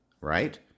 right